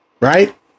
Right